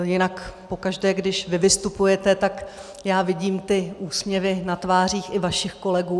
Jinak pokaždé, když vy vystupujete, tak já vidím ty úsměvy na tvářích i vašich kolegů.